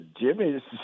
Jimmy